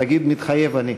תגיד: "מתחייב אני".